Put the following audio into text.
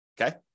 okay